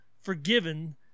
forgiven